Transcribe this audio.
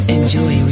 Enjoy